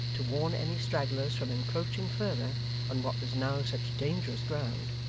to warn any stragglers from encroaching further on what was now such dangerous ground,